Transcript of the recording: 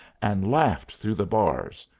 and laughed through the bars,